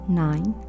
nine